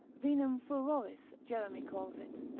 vinum furoris, jeremy calls it,